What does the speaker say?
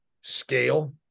scale